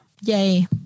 Yay